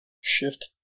Shift